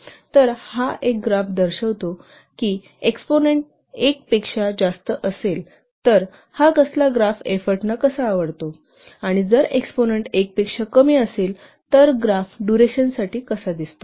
तर हा एक ग्राफ दर्शवितो की एक्सपोनेंट 1 पेक्षा जास्त असेल तर हा ग्राफ एफोर्टना कसा दिसतो आणि जर एक्सपोनंन्ट 1 पेक्षा कमी असेल तर ग्राफ डुरेशनसाठी कसा दिसतो